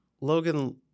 Logan